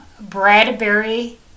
Bradbury